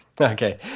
Okay